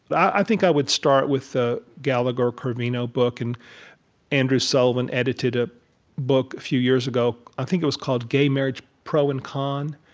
but i think i would start with the gallagher-corvino book. and andrew sullivan edited a book a few years ago. i think it was called gay marriage pro and con.